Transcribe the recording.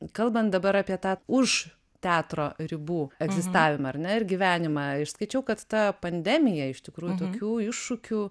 kalbant dabar apie tą už teatro ribų egzistavimą ar ne ir gyvenimą išskaičiau kad ta pandemija iš tikrųjų tokių iššūkių